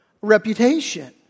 reputation